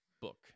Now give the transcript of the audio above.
book